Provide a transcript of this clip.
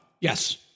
Yes